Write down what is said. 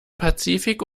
pazifik